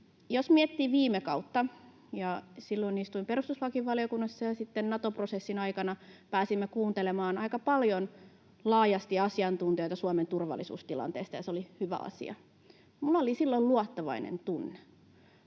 Jos miettii viime kautta — silloin istuin perustuslakivaliokunnassa — niin Nato-prosessin aikana pääsimme kuuntelemaan aika paljon, laajasti asiantuntijoita Suomen turvallisuustilanteesta, ja se oli hyvä asia. Minulla oli silloin luottavainen tunne.